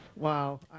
Wow